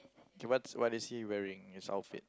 K what's what is he wearing his outfit